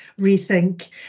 rethink